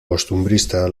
costumbrista